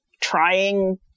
trying